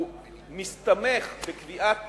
הוא מסתמך בקביעת